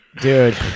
Dude